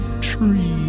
tree